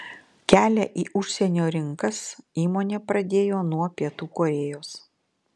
kelią į užsienio rinkas įmonė pradėjo nuo pietų korėjos